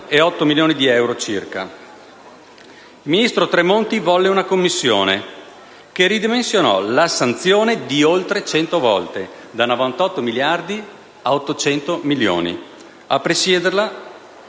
Il ministro Tremonti volle una commissione, che ridimensionò la sanzione di oltre cento volte, da 98 miliardi a 800 milioni. A presiederla